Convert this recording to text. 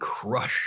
crush